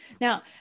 Now